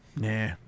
Nah